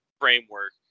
framework